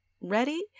ready